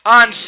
on